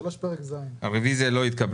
הצבעה הרביזיה לא נתקבלה הרביזיה לא נתקבלה.